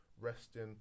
resting